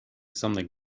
something